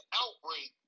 outbreak